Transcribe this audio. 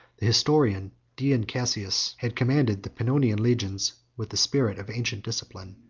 the historian dion cassius had commanded the pannonian legions with the spirit of ancient discipline.